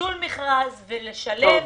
ביטול מכרז, ולשלם,